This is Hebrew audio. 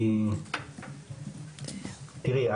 תראי,